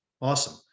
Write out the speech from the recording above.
Awesome